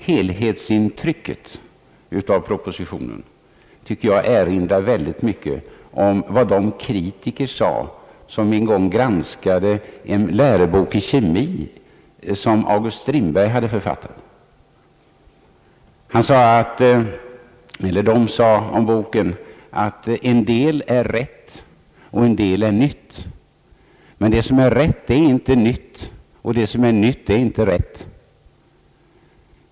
Helhetsintrycket av propositionen tycker jag i hög grad erinrar om vad de kritiker sade som en gång granskade en lärobok i kemi som August Strindberg hade författat. De sade om boken, att en del är rätt och en del är nytt, men det som är rätt är inte nytt och det som är nytt är inte rätt.